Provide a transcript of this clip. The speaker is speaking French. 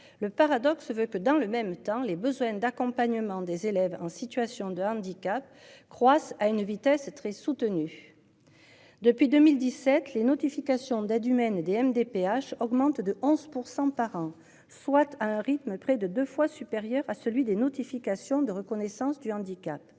Le paradoxe veut que dans le même temps, les besoins d'accompagnement des élèves en situation de handicap croissent à une vitesse très soutenu. Depuis 2017 les notifications d'aide humaine Des MDPH augmente de 11% par an, soit à un rythme près de 2 fois supérieur à celui des notifications de reconnaissance du handicap.